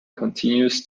continues